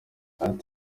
yagize